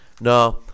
No